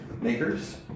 makers